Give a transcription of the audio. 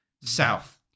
south